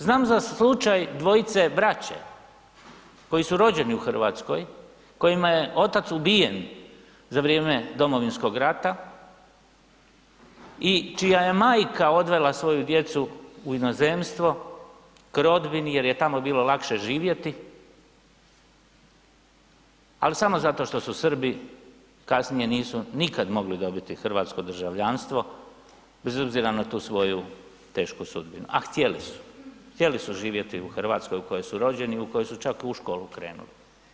Znam za slučaj dvojice braće koji su rođeni u Hrvatskoj, kojima je otac ubijen za vrijeme Domovinskog rata i čija je majka odvela svoju djecu u inozemstvo k rodbini jer je tamo bilo lakše živjeti, ali samo zato što su Srbi kasnije nikad nisu mogli dobiti hrvatsko državljanstvo bez obzira na tu svoju tešku sudbinu, a htjeli su, htjeli su živjeti u Hrvatskoj u kojoj su rođeni i u kojoj su čak i u školu krenuli.